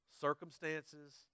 circumstances